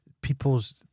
People's